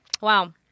Wow